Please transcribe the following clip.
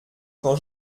quand